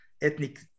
ethnic